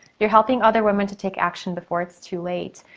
you're helping other women to take action before it's too late.